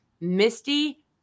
Misty